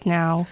now